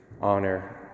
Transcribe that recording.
honor